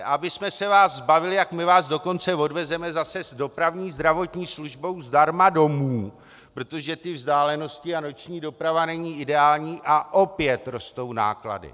A abychom se vás zbavili, tak my vás dokonce odvezeme zase dopravní zdravotní službou zdarma domů, protože ty vzdálenosti a noční doprava není ideální a opět rostou náklady!